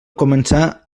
començar